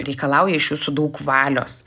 reikalauja iš jūsų daug valios